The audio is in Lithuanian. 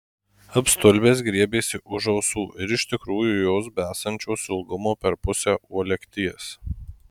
apstulbęs griebėsi už ausų ir iš tikrųjų jos besančios ilgumo per pusę uolekties